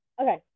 Okay